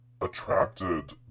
attracted